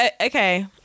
okay